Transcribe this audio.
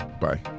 Bye